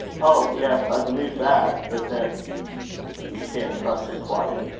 oh! yes i believe that. but then you can't trust it quite.